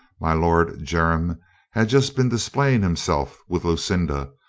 my lord jermyn had just been displaying himself with lucinda,